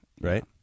right